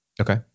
Okay